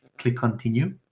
click continue.